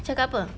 cakap apa